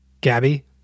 gabby